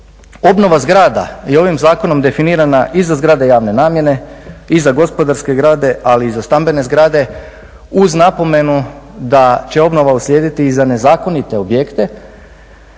Obnova zgrada je ovim zakonom definirana i za zgrade javne namjene i za gospodarske zgrade ali i za stambene zgrade uz napomenu da će obnova uslijediti i za nezakonite objekte